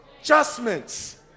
adjustments